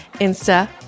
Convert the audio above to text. Insta